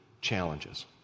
challenges